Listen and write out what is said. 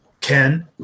Ken